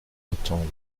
attendre